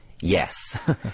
Yes